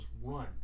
one